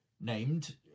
named